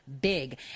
big